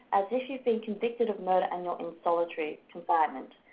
as if you've been convicted of murder and you're in solitary confinement.